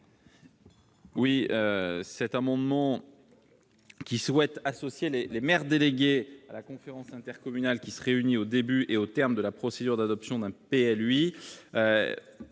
? Cet amendement vise à associer les maires délégués à la conférence intercommunale qui se réunit au début et au terme de la procédure d'adoption d'un PLUI.